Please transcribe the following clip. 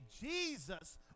Jesus